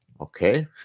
Okay